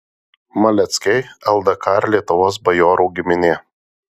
maleckiai ldk ir lietuvos bajorų giminė